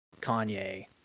Kanye